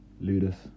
Ludus